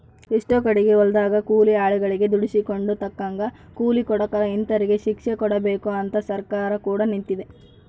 ಎಷ್ಟೊ ಕಡಿಗೆ ಹೊಲದಗ ಕೂಲಿ ಆಳುಗಳಗೆ ದುಡಿಸಿಕೊಂಡು ತಕ್ಕಂಗ ಕೂಲಿ ಕೊಡಕಲ ಇಂತರಿಗೆ ಶಿಕ್ಷೆಕೊಡಬಕು ಅಂತ ಸರ್ಕಾರ ಕೂಡ ನಿಂತಿತೆ